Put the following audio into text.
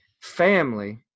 family